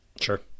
Sure